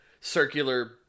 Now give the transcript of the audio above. circular